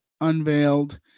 unveiled